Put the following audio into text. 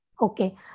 Okay